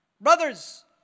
Brothers